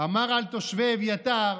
אמר על תושבי אביתר,